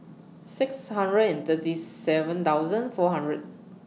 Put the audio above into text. six hundred and thirty seven thousand four hundred